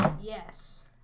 Yes